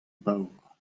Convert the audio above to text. baour